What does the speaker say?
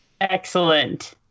Excellent